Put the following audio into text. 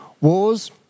wars